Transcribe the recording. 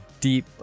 deep